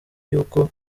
y’uko